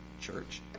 church